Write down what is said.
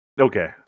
okay